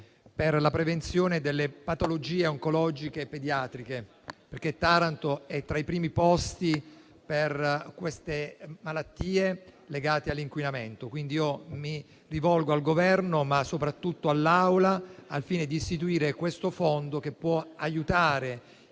per la prevenzione delle patologie oncologiche pediatriche. Taranto è infatti ai primi posti per queste malattie legate all'inquinamento. Mi rivolgo al Governo, ma soprattutto all'Assemblea, al fine di istituire questo fondo che può aiutare